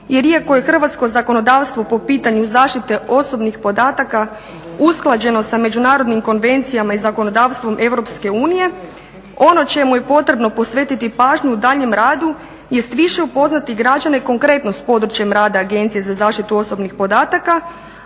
jer iako je hrvatsko zakonodavstvo po pitanju zaštite osobnih podataka usklađeno sa međunarodnim konvencijama i zakonodavstvom EU ono čemu je potrebno posvetiti pažnju u daljnjem radu jest više upoznati građane konkretno s područjem rada Agencije za zaštitu osobnih podataka